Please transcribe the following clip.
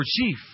chief